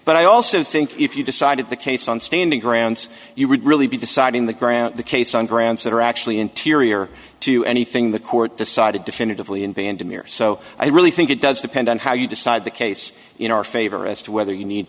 but i also think if you decided the case on standing grounds you would really be deciding the grant the case on grounds that are actually interior to anything the court decided definitively unbanned amir so i really think it does depend on how you decide the case in our favor as to whether you need